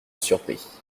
surpris